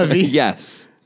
Yes